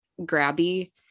grabby